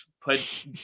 put